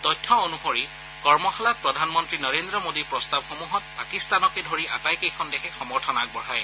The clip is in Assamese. তথ্য অনুসৰি কৰ্মশালাত প্ৰধানমন্ত্ৰী নৰেদ্ৰ মোডীৰ প্ৰস্তাৱসমূহত পাকিস্তানকে ধকি আটাইকেইখন দেশে সমৰ্থন আগবঢ়ায়